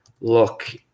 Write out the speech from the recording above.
look